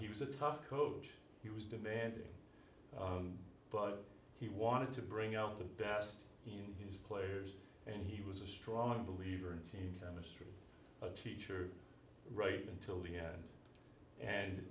he was a tough coach he was demanding but he wanted to bring out the bats in his players and he was a strong believer in team chemistry teacher right until the end and